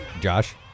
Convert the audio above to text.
Josh